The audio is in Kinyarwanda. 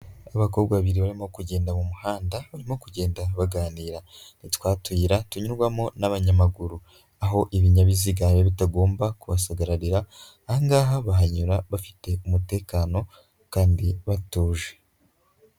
Abakobwa babiri barimo kugenda mu muhanda. Barimo kugenda baganira nitwa tuyira tunyurwamo n'abanyamaguru. Aho ibinyabiziga bitagomba kubasagararira. Aha ngaha bahanyura bafite umutekano kandi batuje.